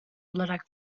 olarak